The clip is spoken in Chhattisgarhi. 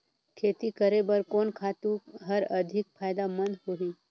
खेती करे बर कोन खातु हर अधिक फायदामंद होही?